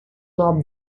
mob